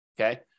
Okay